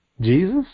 Jesus